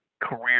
Career